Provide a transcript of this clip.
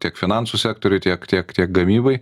tiek finansų sektoriui tiek tiek tiek gamybai